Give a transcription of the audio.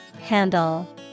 Handle